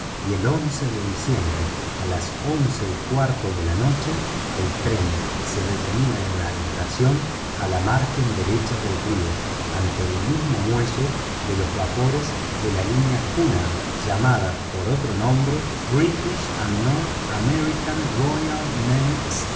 y el de diciembre a las once y cuarto de la noche el tren se detenía en la estación a la margen derecha del río ante el mismo muelle de los vapores de la línea cunard llamada por otro nombre british and north american